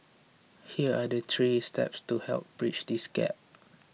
here are the three steps to help bridge this gap